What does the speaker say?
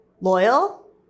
loyal